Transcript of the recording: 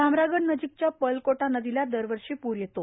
भामरागडनजीकच्या पर्लकोटा नदीला दरवर्षी प्र येतो